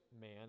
man